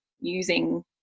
using